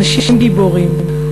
אנשים גיבורים,